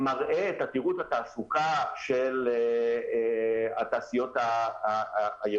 השקף מראה את עתירות התעסוקה של התעשיות הירוקות,